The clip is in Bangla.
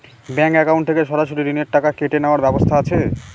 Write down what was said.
ব্যাংক অ্যাকাউন্ট থেকে সরাসরি ঋণের টাকা কেটে নেওয়ার ব্যবস্থা আছে?